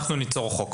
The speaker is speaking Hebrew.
אנחנו ניצור חוק.